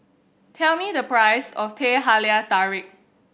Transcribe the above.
tell me the price of Teh Halia Tarik